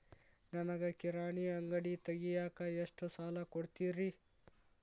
ನನಗ ಕಿರಾಣಿ ಅಂಗಡಿ ತಗಿಯಾಕ್ ಎಷ್ಟ ಸಾಲ ಕೊಡ್ತೇರಿ?